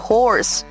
Horse